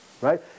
right